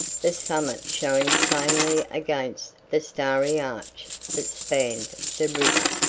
the summit showing plainly against the starry arch that spanned the river,